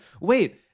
wait